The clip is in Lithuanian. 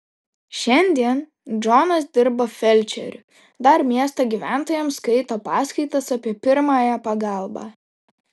šiandien džonas dirba felčeriu dar miesto gyventojams skaito paskaitas apie pirmąją pagalbą